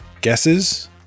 guesses